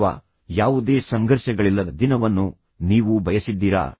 ಅಥವಾ ಯಾವುದೇ ಸಂಘರ್ಷಗಳಿಲ್ಲದ ದಿನವನ್ನು ನೀವು ಬಯಸಿದ್ದೀರಾ